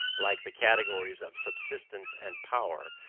like the categories of substance and power,